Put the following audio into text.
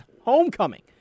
homecoming